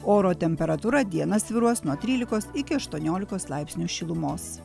oro temperatūra dieną svyruos nuo trylikos iki aštuoniolikos laipsnių šilumos